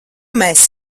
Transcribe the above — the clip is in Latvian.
mēs